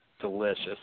delicious